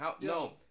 No